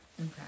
Okay